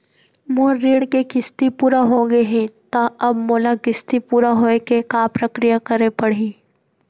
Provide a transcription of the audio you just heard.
मोर ऋण के किस्ती पूरा होगे हे ता अब मोला किस्ती पूरा होए के का प्रक्रिया करे पड़ही?